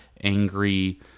angry